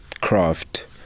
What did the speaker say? craft